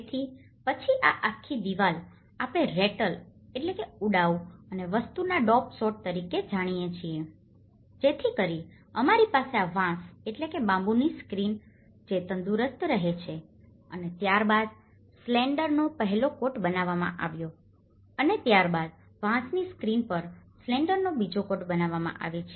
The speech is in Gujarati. તેથી પછી આ આખી દીવાલ આપણે રેટલrattleઉડાઉ અને વસ્તુના ડોબ સોર્ટ તરીકે જાણીએ છીએ જેથી અમારી પાસે આ વાંસની સ્ક્રીન જે તંદુરસ્ત રહે છે અને ત્યારબાદ સ્લેન્ડરનો પહેલો કોટ બનાવવામાં આવ્યો અને ત્યારબાદ વાંસની સ્ક્રીન પર સ્લેન્ડરનો બીજો કોટ બનાવવામાં આવે છે